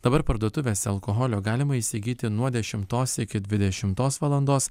dabar parduotuvėse alkoholio galima įsigyti nuo dešimtos iki dvidešimtos valandos